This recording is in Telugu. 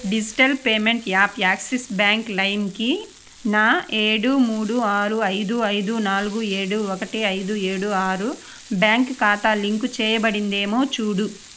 digital payment app Axis bank లైమ్కి నా ఏడు మూడు ఆరు ఐదు ఐదు నాలుగు ఏడు ఒకటి ఐదు ఏడు ఆరు బ్యాంక్ ఖాతా లింకు చేయబడిందేమో చూడు